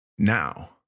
Now